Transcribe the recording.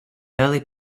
early